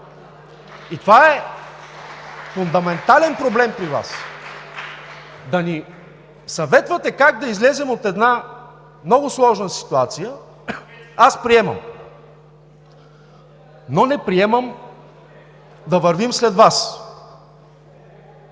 Това е фундаментален проблем при Вас. Да ни съветвате как да излезем от една много сложна ситуация – приемам, но не приемам да вървим след Вас.